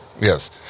Yes